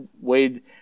Wade